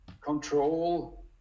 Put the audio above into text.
control